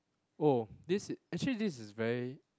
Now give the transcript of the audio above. oh this actually this is very